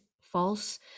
false